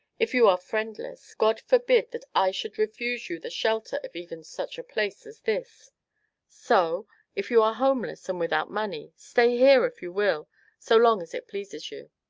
if you are friendless, god forbid that i should refuse you the shelter of even such a place as this so if you are homeless, and without money stay here if you will so long as it pleases you.